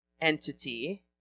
entity